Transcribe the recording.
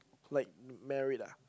like married ah